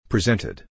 Presented